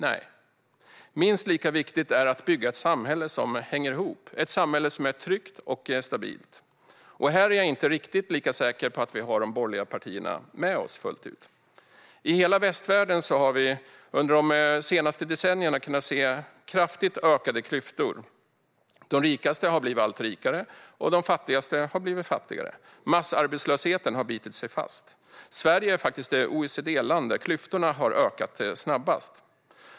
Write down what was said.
Nej, minst lika viktigt är att bygga ett samhälle som hänger ihop, ett samhälle som är tryggt och stabilt. Här är jag inte riktigt lika säker på att vi har de borgerliga partierna med oss fullt ut. I hela västvärlden har vi de senaste decennierna kunnat se kraftigt ökade klyftor. De rikaste har blivit allt rikare, och de fattigaste har blivit fattigare. Massarbetslösheten har bitit sig fast. Sverige är faktiskt det OECD-land där klyftorna har ökat snabbast.